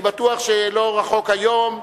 אני בטוח שלא רחוק היום,